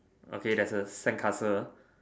okay there's a sandcastle